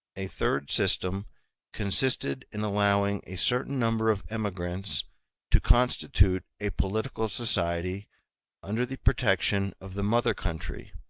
a third system consisted in allowing a certain number of emigrants to constitute a political society under the protection of the mother-country,